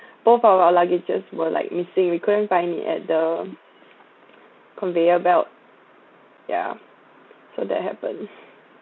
both of our luggages were like missing we couldn't find it at the conveyor belt yeah so that happened